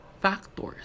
factors